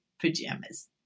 pajamas